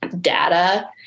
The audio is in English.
data